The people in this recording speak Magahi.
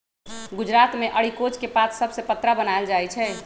गुजरात मे अरिकोच के पात सभसे पत्रा बनाएल जाइ छइ